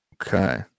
Okay